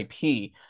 ip